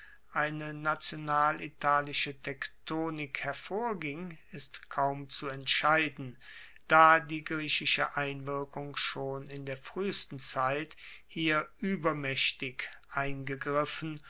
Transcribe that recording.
eine national italische tektonik hervorging ist kaum zu entscheiden da die griechische einwirkung schon in der fruehesten zeit hier uebermaechtig eingegriffen